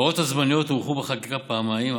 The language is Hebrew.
ההוראות הזמניות הוארכו בחקיקה פעמיים.